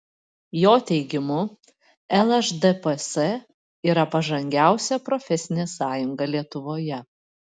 jo teigimu lšdps yra pažangiausia profesinė sąjunga lietuvoje